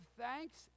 thanks